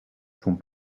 sont